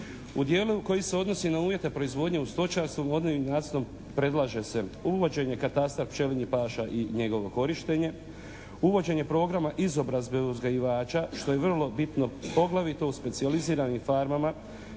U dijelu koji se odnosi na uvjete proizvodnje u …/Govornik se ne razumije./… predlaže se uvođenje katastra pčelinjih paša i njegovo korištenje, uvođenje programa izobrazbe uzgajivača što je vrlo bitno poglavito u specijaliziranim farmama